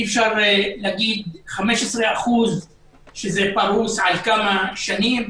אי-אפשר להגיד: 15% כשזה פרוס על כמה שנים.